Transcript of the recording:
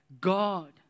God